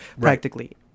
practically